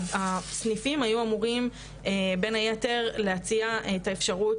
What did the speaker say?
הסניפים של המוסד לביטוח לאומי היו אמורים להציע את האפשרות